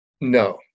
No